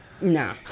No